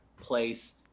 place